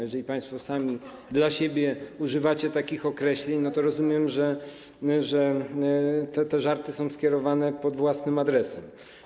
Jeżeli państwo sami dla siebie używacie takich określeń, to rozumiem, że te żarty są kierowane pod własnym adresem.